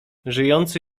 żyjący